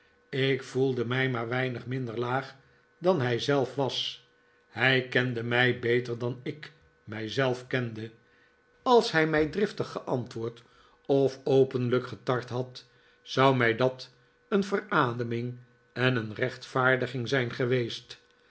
ik voelde mij maar weinig minder laag dan hij zelf was hij kende mij beter dan ik mij zelf kende als hij mij driftig geantwoord of openrnk getart had zou mij dat een verademing en een rechtvaardiging zijn geweest